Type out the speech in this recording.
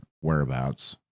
whereabouts